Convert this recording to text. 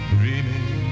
dreaming